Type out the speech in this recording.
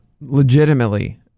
legitimately